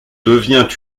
devient